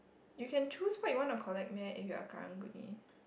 you can choose what you want to collect meh if you're Karang-Guni